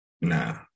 Nah